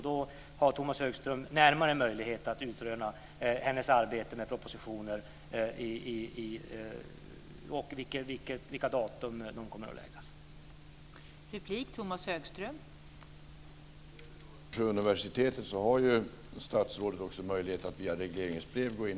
Då har Tomas Högström närmare möjlighet att utröna hennes arbete med propositioner och vilka datum de kommer att läggas fram.